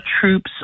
troops